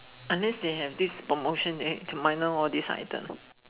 unless they have this promotion then minus all these items